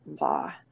law